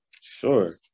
Sure